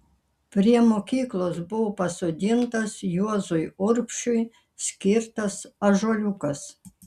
prie mokyklos buvo pasodintas juozui urbšiui skirtas ąžuoliukas